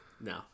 No